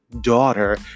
daughter